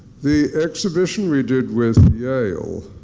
the exhibition we did with yale,